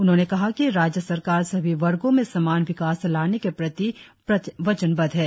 उन्होंने कहा कि राज्य सरकार सभी वर्गों में समान विकास लाने के प्रति प्रतिबद्ध है